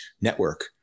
network